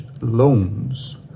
loans